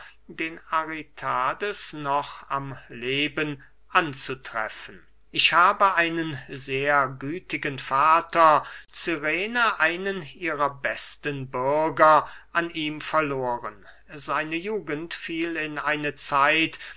den aritades noch am leben anzutreffen ich habe einen sehr gütigen vater cyrene einen ihrer besten bürger an ihm verloren seine jugend fiel in eine zeit